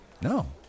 No